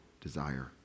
desire